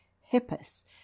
hippus